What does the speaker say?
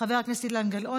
חבר הכנסת עמר בר-לב,